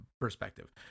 perspective